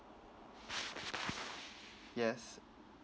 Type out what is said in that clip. yes